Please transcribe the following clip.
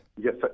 Yes